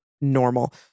normal